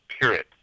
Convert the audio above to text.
period